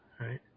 Right